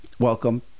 Welcome